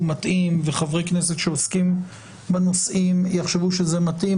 מתאים וחברי כנסת שעוסקים בנושאים יחשבו שזה מתאים,